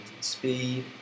speed